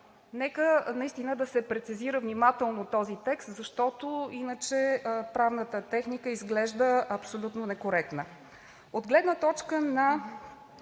Нека наистина да се прецизира внимателно този текст, защото иначе правната техника изглежда абсолютно некоректна. От гледна точка на